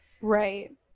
Right